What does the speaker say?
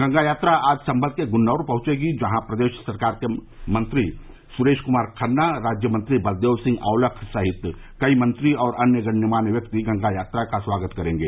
गंगा यात्रा आज सम्भल के गुन्नौर पहंचेगी जहां प्रदेश सरकार के मंत्री सुरेरा कुमार खन्ना राज्य मंत्री बलदेव सिंह औलख सहित कई मंत्री और गणमान्य व्यक्ति गंगा यात्रा का स्वागत करेंगे